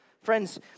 Friends